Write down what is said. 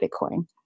Bitcoin